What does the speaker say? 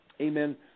amen